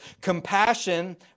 compassion